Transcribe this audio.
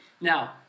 Now